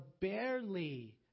barely